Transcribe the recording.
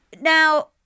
Now